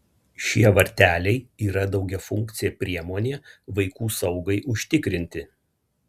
šie varteliai yra daugiafunkcė priemonė vaikų saugai užtikrinti